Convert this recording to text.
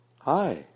Hi